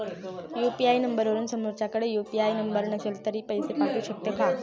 UPI नंबरवरून समोरच्याकडे UPI number नसेल तरी पैसे पाठवू शकते का?